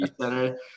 Center